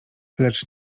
lecz